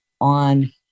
on